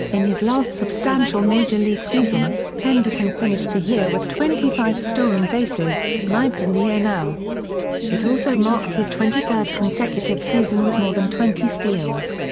in his last substantial major league season, henderson finished the year with twenty five stolen bases, ninth in the nl it also marked his twenty third consecutive season with more than twenty steals.